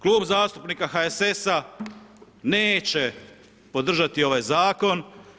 Klub zastupnika HSS-a neće podržati ovaj zakon.